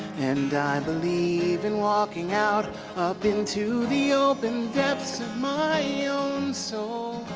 and believe in looking out up into the open depths of my own soul